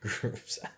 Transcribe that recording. groups